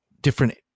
different